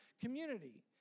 community